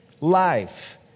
life